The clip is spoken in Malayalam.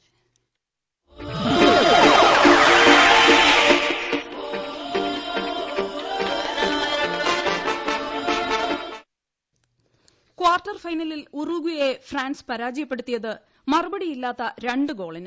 തീം മ്യൂസിക്ക് കാർട്ടർ ഫൈനലിൽ ഉറുഗ്വായെ ഫ്രാൻസ് പ്രാജയപ്പെടുത്തിയത് മറുപടിയില്ലാത്ത രണ്ട് ഗോളിന്